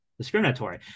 discriminatory